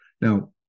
Now